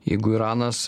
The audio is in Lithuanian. jeigu iranas